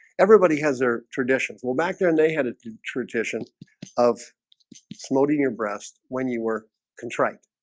everybody has their traditions well back there and they had a tradition of floating your breast when you were contrite